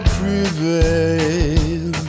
prevail